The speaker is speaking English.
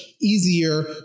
easier